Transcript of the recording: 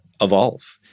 evolve